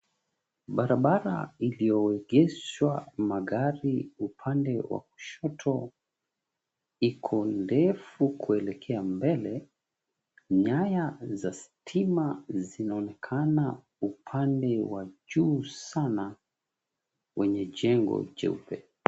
Barabara iliyoegeshwa magari upande wa kushoto, iko ndefu kuelekea mbele. Nyaya za stima zinaonekana upande wa juu sana, wenye jengo jeupe.